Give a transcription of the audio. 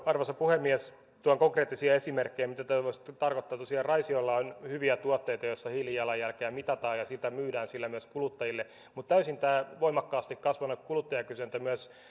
arvoisa puhemies tuon konkreettisia esimerkkejä mitä se tarkoittaa tosiaan raisiolla on hyviä tuotteita joissa hiilijalanjälkeä mitataan ja niitä myydään sillä myös kuluttajille ja kun on tämä voimakkaasti kasvanut kuluttajakysyntä myös